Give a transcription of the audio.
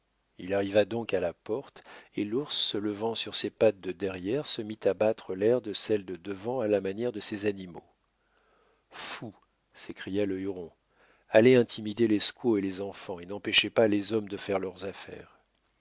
il arriva donc à la porte et l'ours se levant sur ses pattes de derrière se mit à battre l'air de celles de devant à la manière de ces animaux fou s'écria le huron allez intimider les squaws et les enfants et n'empêchez pas les hommes de faire leurs affaires